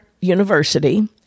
university